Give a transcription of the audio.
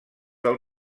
del